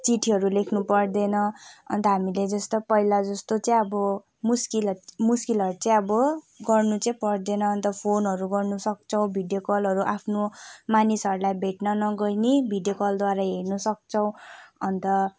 चिट्ठीहरू लेख्नुपर्दैन अन्त हामीले जस्तो पहिला जस्तो चाहिँ अब मुस्किलहरू मुस्किलहरू चाहिँ अब गर्नु चाहिँ पर्दैन अन्त फोनहरू गर्नुसक्छौँ भिडियो कलहरू आफ्नो मानिसहरूलाई भेट्न नगए पनि भिडियो कलद्वारा हेर्नुसक्छौँ अन्त